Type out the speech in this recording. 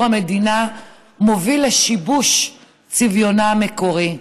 המדינה מוביל לשיבוש צביונה המקורי.